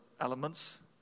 elements